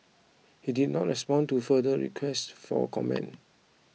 he did not respond to further requests for comment